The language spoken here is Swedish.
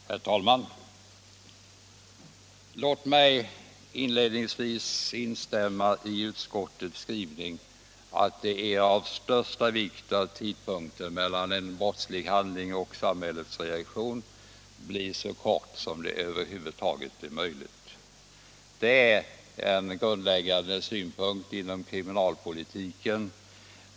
Herr talman! Jag vill inledningsvis instämma 1 utskottets skrivning. att det är av största vikt att uuden mellan en brottslig handling och samhällets reaktion blir så kort som det över huvud taget är möjligt. Det är en grundläggande synpunkt inom kriminalpolitiken.